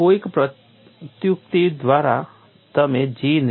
અને કોઈક પ્રયુક્તિ દ્વારા તમે G